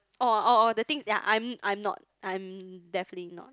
oh oh oh the things their I'm I'm not I am definitely not